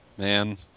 Man